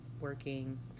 working